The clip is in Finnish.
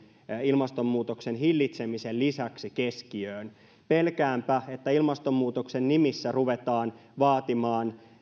ilmastonmuutoksen hillitsemisen lisäksi keskiöön pelkäänpä että ilmastonmuutoksen nimissä ruvetaan vaatimaan